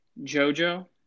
JoJo